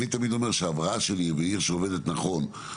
אני תמיד אומר שההבראה של עיר ועיר שעובדת נכון,